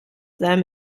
them